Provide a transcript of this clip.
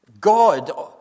God